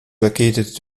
located